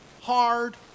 hard